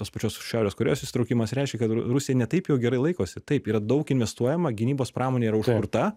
tos pačios šiaurės korėjos įsitraukimas reiškia kad ru rusija ne taip jau gerai laikosi taip yra daug investuojama gynybos pramonė yra užkurta